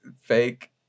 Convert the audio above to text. fake